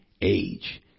age